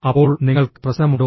അപ്പോൾ നിങ്ങൾക്ക് പ്രശ്നമുണ്ടോ